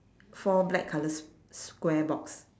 four black colour s~ square box